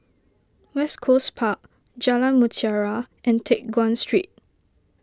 West Coast Park Jalan Mutiara and Teck Guan Street